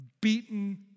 beaten